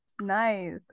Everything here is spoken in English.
Nice